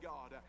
God